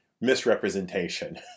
misrepresentation